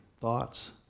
thoughts